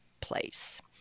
place